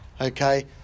okay